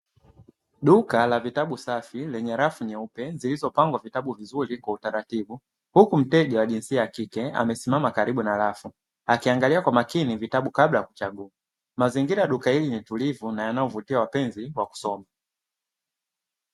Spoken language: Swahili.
Duka la vitabu safi lenye rafu nyeupezilizopangwa vitabu vizuri kwa utaratibu, huku mteja wa jinsia ya kike amesimama karibu na rafu akiangalia kwa makini vitabu kabla ya kuchagua. Mazingira ya duka hili ni tulivu na yanayovutia wapenzi wa kusoma.